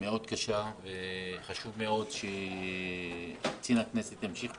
מאוד קשה וחשוב מאוד שקצין הכנסת ימשיך בתפקידו,